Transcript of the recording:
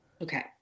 Okay